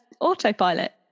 autopilot